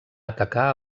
atacar